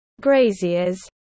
graziers